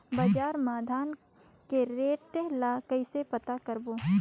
बजार मा धान के रेट ला कइसे पता करबो?